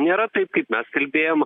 nėra taip kaip mes kalbėjom